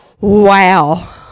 wow